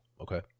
Okay